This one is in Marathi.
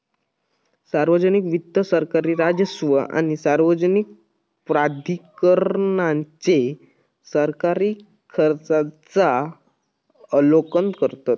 सार्वजनिक वित्त सरकारी राजस्व आणि सार्वजनिक प्राधिकरणांचे सरकारी खर्चांचा आलोकन करतत